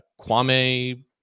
Kwame